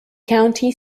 county